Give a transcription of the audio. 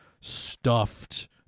stuffed